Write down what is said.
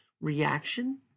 reaction